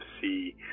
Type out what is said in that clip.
see